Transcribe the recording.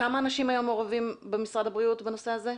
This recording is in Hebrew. כמה אנשים היום מעורבים במשרד הבריאות בנושא הזה?